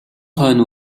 хойно